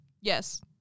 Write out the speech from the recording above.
Yes